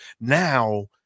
Now